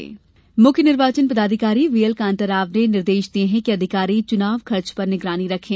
खर्च निगरानी मुख्य निर्वाचन पदाधिकारी व्हीएलकान्ता राव ने निर्देश दिये है कि अधिकारी चुनाव खर्च पर निगरानी रखें